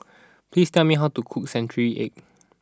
please tell me how to cook Century Egg